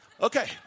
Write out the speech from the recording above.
Okay